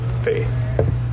faith